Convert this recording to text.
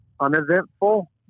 uneventful